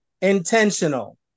intentional